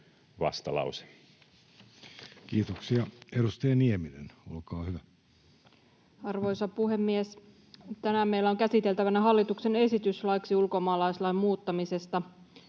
Kiitoksia. — Edustaja Nieminen, olkaa hyvä. Arvoisa puhemies! Tänään meillä on käsiteltävänä hallituksen esitys laiksi ulkomaalaislain muuttamisesta.